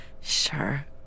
Sure